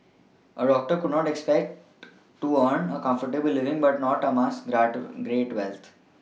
a doctor could expect to earn a comfortable living but not amass great wealth